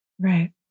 right